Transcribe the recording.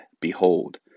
Behold